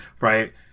right